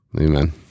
Amen